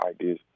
ideas